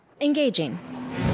Engaging